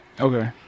Okay